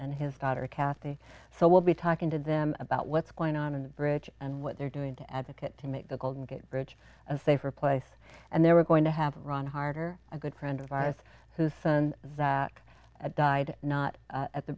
and his daughter kathy so we'll be talking to them about what's going on in the bridge and what they're doing to advocate to make the golden gate bridge a safer place and they were going to have run harder a good friend of us whose son that died not at the